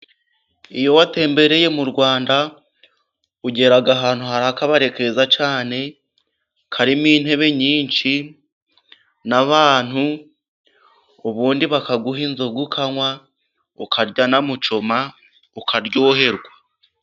Iyo watembereye mu Rwanda, ugera ahantu hari akabare keza cyane, karimo intebe nyinshi, n'abantu, ubundi bakaguha inzoga ukanywa, ukarya na mucoma, ukaryoherwa.